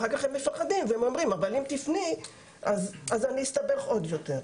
ואחר כך הם אומרים שאם אפנה הם יסתבכו עוד יותר.